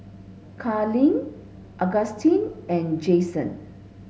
Carlyle Augustus and Jayson